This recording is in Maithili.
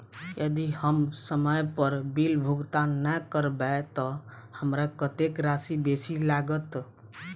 यदि हम समय पर बिल भुगतान नै करबै तऽ हमरा कत्तेक राशि बेसी लागत?